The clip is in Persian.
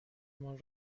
مان